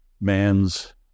man's